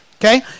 okay